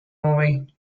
movie